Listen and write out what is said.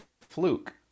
fluke